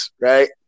right